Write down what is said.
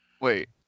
Wait